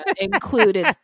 included